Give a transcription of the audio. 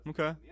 Okay